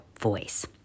voice